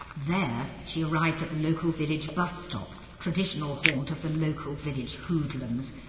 there she arrived at the local village bus stop traditional haunt of the local village hoodlums.